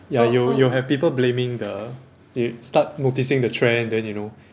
ya you'll you'll have people blaming the they start noticing the trend then you know